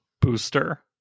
booster